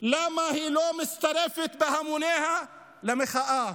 למה היא לא מצטרפת בהמוניה למחאה.